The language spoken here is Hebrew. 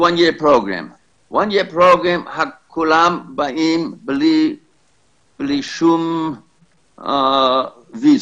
כולם באים בלי שום ויזה.